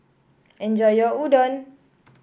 enjoy your Udon